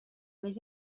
més